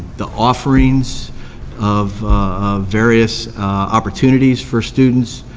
the offerings of various opportunities for students,